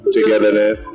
Togetherness